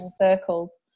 circles